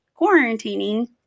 quarantining